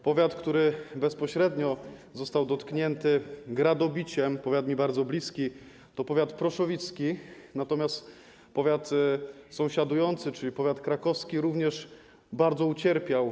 Powiat, który bezpośrednio został dotknięty gradobiciem, powiat mi bardzo bliski, to powiat proszowicki, natomiast powiat sąsiadujący, czyli powiat krakowski również bardzo ucierpiał.